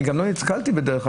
דרך אגב,